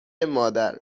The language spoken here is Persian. مادر